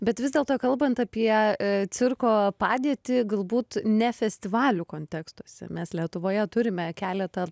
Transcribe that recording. bet vis dėlto kalbant apie cirko padėtį galbūt ne festivalių kontekstuose mes lietuvoje turime keletą